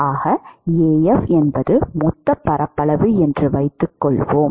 ஆக Af என்பது மொத்தப் பரப்பளவு என்று வைத்துக் கொள்வோம்